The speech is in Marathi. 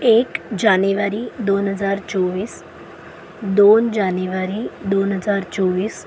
एक जानेवारी दोन हजार चोवीस दोन जानेवारी दोन हजार चोवीस